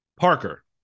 Parker